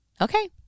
Okay